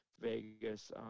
Vegas